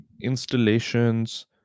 installations